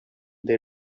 they